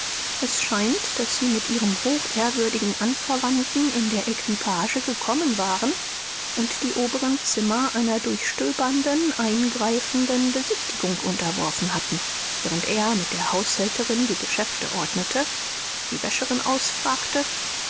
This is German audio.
es scheint daß sie mit ihrem hochehrwürdigen anverwandten in der equipage gekommen waren und die oberen zimmer einer durchstöbernden eingreifenden besichtigung unterworfen hatten während er mit der haushälterin die geschäfte ordnete die wäscherin ausfragte